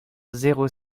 zéro